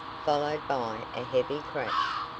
followed by a heavy crash.